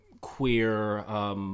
queer